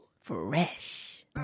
fresh